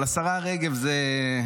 אבל השרה רגב, זה,